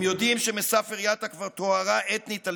הם יודעים שמסאפר-יטא כבר טוהרה אתנית על